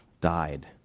died